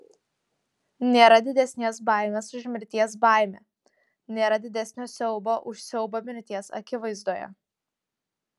nėra didesnės baimės už mirties baimę nėra didesnio siaubo už siaubą mirties akivaizdoje